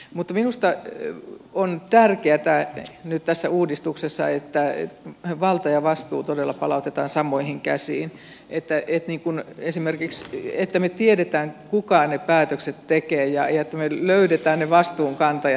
mutta minusta on tärkeätä nyt tässä uudistuksessa että valta ja vastuu todella palautetaan samoihin käsiin että me esimerkiksi tiedämme kuka ne päätökset tekee ja löydämme ne vastuunkantajat